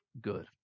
good